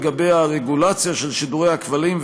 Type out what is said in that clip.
לגבי הרגולציה של שידורי הכבלים,